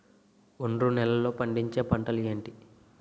ఒండ్రు నేలలో పండించే పంటలు ఏంటి?